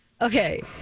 Okay